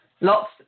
lots